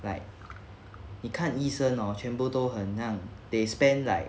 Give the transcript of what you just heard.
like 你看医生 hor 全部都很像 they spend like